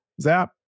Zap